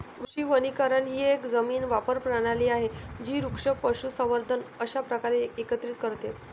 कृषी वनीकरण ही एक जमीन वापर प्रणाली आहे जी वृक्ष, पशुसंवर्धन अशा प्रकारे एकत्रित करते